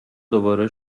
دوباره